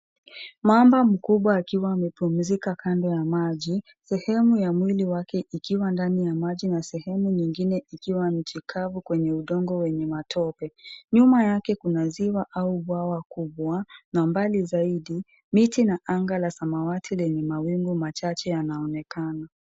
Mamba mkubwa akiwa amepumzika kando ya maji. Sehemu ya mwili wake ukiwa ndani ya maji na sehemu nyingine ikiwa nchi kavu kwenye udongo wenye matope. Nyuma yake kuna ziwa au bwawa kubwa na mbali zaidia miti na anga la samawati lenye mawingu machache yanaonekana.